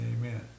Amen